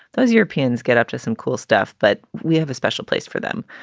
those europeans get up to some cool stuff. but we have a special place for them.